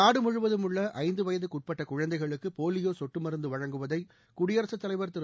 நாடு முழுவதும் உள்ள ஐந்து வயதுக்குட்பட்ட குழந்தைகளுக்கு போலியோ சொட்டு மருந்து வழங்குவதை குடியரசுத் தலைவர் திரு